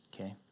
okay